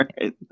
right